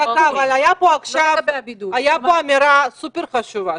הייתה פה אמירה סופר חשובה.